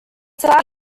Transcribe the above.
flag